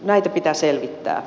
näitä pitää selvittää